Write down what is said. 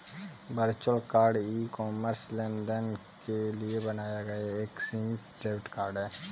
virtual card e commerce लेनदेन के लिए बनाया गया एक सीमित डेबिट कार्ड है